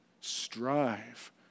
Strive